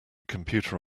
computer